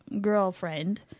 girlfriend